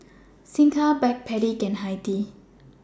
Singha Backpedic and Hi Tea